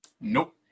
Nope